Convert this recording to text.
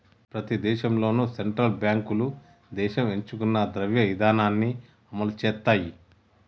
ప్రతి దేశంలోనూ సెంట్రల్ బ్యాంకులు దేశం ఎంచుకున్న ద్రవ్య ఇధానాన్ని అమలు చేత్తయ్